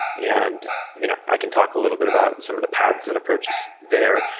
and you know i can talk a little bit about some of the paths and approaches there.